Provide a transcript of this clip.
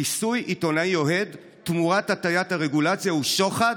כיסוי עיתונאי אוהד תמורת הטיית הרגולציה הוא שוחד.